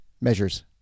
measures